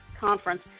conference